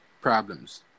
problems